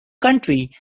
county